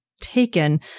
Taken